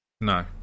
No